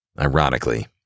Ironically